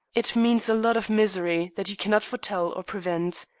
it means a lot of misery that you cannot foretell or prevent.